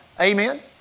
Amen